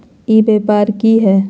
ई व्यापार की हाय?